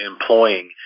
employing